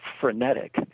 frenetic